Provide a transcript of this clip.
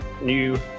new